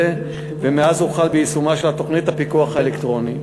מאז הוחל ביישומה של תוכנית הפיקוח האלקטרוני,